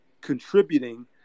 contributing